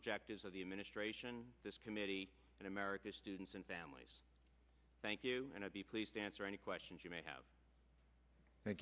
objectives of the administration this committee in america students and families thank you and i'll be pleased to answer any questions you may have